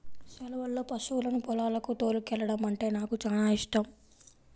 సెలవుల్లో పశువులను పొలాలకు తోలుకెల్లడమంటే నాకు చానా యిష్టం